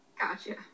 Gotcha